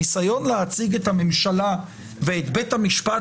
הניסיון להציג את הממשלה ואת בית המשפט